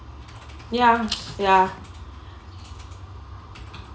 ya ya